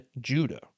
Judah